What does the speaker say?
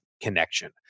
connection